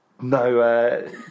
no